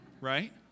right